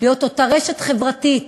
להיות אותה רשת חברתית